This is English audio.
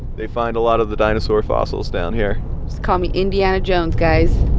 they find a lot of the dinosaur fossils down here call me indiana jones, guys